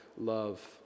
love